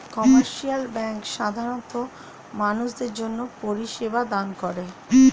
commercial bank সাধারণ মানুষদের জন্যে পরিষেবা দান করে